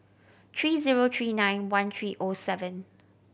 tree zero tree nine one tree O seven